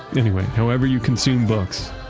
anyway, however you consume books,